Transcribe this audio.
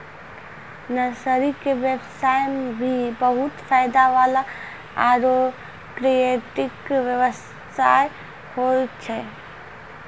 nursery के व्यवसाय भी बहुत फायदा वाला आरो क्रियेटिव व्यवसाय होय छै